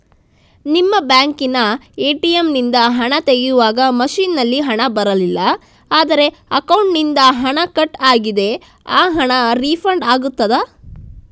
ನಿಮ್ಮ ಬ್ಯಾಂಕಿನ ಎ.ಟಿ.ಎಂ ನಿಂದ ಹಣ ತೆಗೆಯುವಾಗ ಮಷೀನ್ ನಲ್ಲಿ ಹಣ ಬರಲಿಲ್ಲ ಆದರೆ ಅಕೌಂಟಿನಿಂದ ಹಣ ಕಟ್ ಆಗಿದೆ ಆ ಹಣ ರೀಫಂಡ್ ಆಗುತ್ತದಾ?